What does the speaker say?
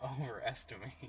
overestimate